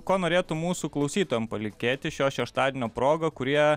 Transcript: ko norėtum mūsų klausytojam palinkėti šio šeštadienio proga kurie